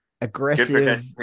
Aggressive